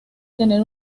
tener